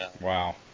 Wow